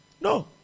No